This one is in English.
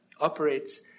operates